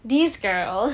this girl